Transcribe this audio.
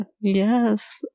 Yes